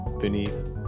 beneath